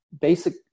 basic